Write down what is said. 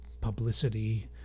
publicity